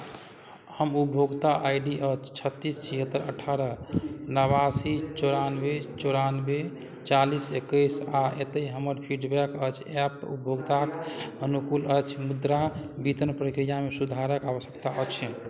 हम उपभोक्ता I D अछि छत्तीस छिहत्तरि अठारह नाबासी चौरानबे चौरानबे चालीस एकैस आ एतहि हमर फीडबैक अछि एप उपभोक्ताक अनुकूल अछि मुद्रा वितरण प्रक्रियामे सुधारक आवश्यकता अछि